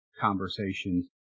conversations